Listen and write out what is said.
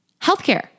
healthcare